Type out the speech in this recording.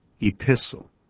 epistle